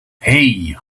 hey